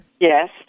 Yes